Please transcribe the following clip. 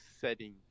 setting